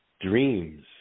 dreams